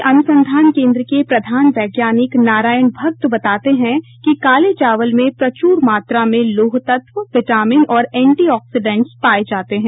कृषि अनुसंधान केंद्र के वरिष्ठ वैज्ञानिक नारायण भक्त बताते हैं कि काले चावल में प्रचूर मात्रा में लौह तत्व विटामिन और एंटी ऑक्सीडेंट पाये जाते हैं